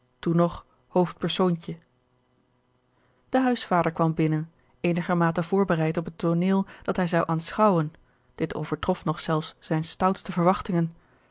toen nog hoofdpersoontje de huisvader kwam binnen eenigermate voorbereid op het tooneel dat hij zou aanschouwen dit overtrof nog zelfs zijne stoutste verwachtingen